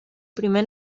primer